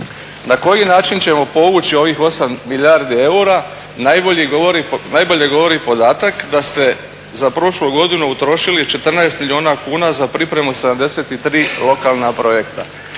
Na koji način ćemo povući ovih 8 milijardi eura najbolje govori podatak da ste za prošlu godinu utrošili 14 milijuna kuna za pripremu 73 lokalna projekta.